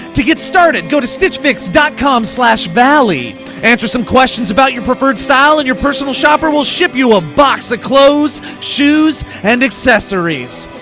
to get started go to stitchfix dot com slash valley answer some questions about your preferred style and your personal shopper will ship you a box of clothes, shoes and accessories,